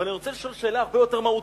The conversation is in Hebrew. אבל אני רוצה לשאול שאלה הרבה יותר מהותית: